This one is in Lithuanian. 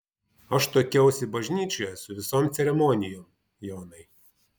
aš tuokiausi bažnyčioje su visom ceremonijom jonai